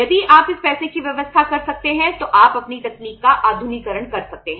यदि आप इस पैसे की व्यवस्था कर सकते हैं तो आप अपनी तकनीक का आधुनिकीकरण कर सकते हैं